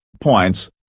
points